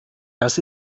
das